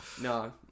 No